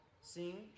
Sing